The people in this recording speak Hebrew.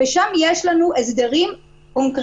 שם יש לנו הסדרים קונקרטיים.